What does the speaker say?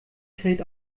kräht